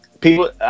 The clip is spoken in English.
people